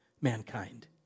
mankind